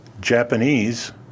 japanese